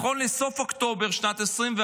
נכון לסוף אוקטובר שנת 2024,